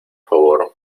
favor